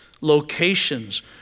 locations